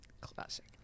Classic